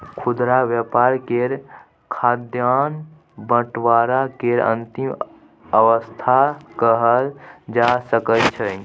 खुदरा व्यापार के खाद्यान्न बंटवारा के अंतिम अवस्था कहल जा सकइ छइ